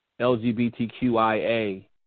LGBTQIA